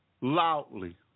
loudly